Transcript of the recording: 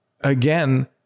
again